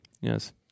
Yes